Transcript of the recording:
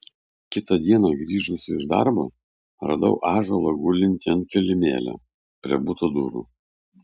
kitą dieną grįžusi iš darbo radau ąžuolą gulintį ant kilimėlio prie buto durų